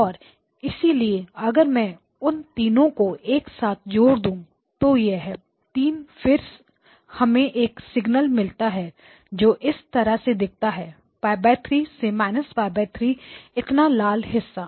और इसलिए अगर मैं उस तीन को एक साथ जोड़ दूं ये तीन फिर हमें एक सिग्नल मिलता है जो इस तरह से दिखता है π3 से π3 इतना लाल हिस्सा